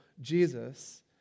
Jesus